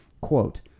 Quote